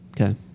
Okay